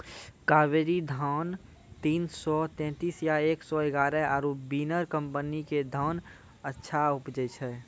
कावेरी धान तीन सौ तेंतीस या एक सौ एगारह आरु बिनर कम्पनी के धान अच्छा उपजै छै?